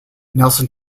nelson